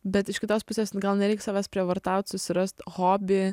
bet iš kitos pusės gal nereik savęs prievartaut susirast hobį